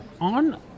On